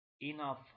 enough